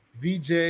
VJ